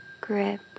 grip